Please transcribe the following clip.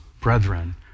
brethren